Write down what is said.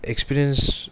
experience